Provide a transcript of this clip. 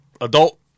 adult